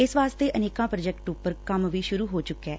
ਇਸ ਵਾਸਤੇ ਅਨੇਕਾਂ ਪ੍ਰਾਜੈਕਟਾਂ ਉਪਰ ਕੰਮ ਵੀ ਸੂਰੁ ਹੋ ਚੁਕਿਐ